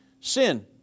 sin